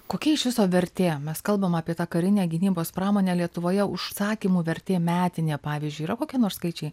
kokia iš viso vertė mes kalbam apie tą karinę gynybos pramonę lietuvoje užsakymų vertė metinė pavyzdžiui yra kokie nors skaičiai